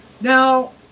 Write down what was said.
now